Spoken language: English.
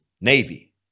Navy